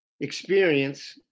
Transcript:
experience